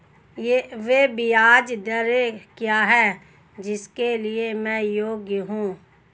वे ब्याज दरें क्या हैं जिनके लिए मैं योग्य हूँ?